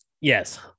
Yes